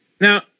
Now